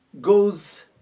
goes